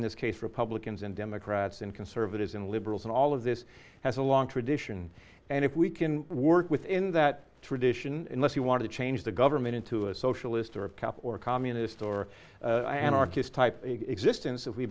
in this case republicans and democrats and conservatives and liberals and all of this has a long tradition and if we can work within that tradition unless you want to change the government into a socialist or of cap or communist or anarchist type existence